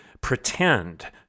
pretend